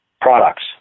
products